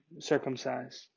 circumcised